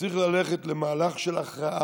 צריך ללכת למהלך של הכרעה.